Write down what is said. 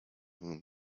whom